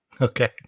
Okay